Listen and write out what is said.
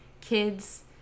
kids